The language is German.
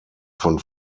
von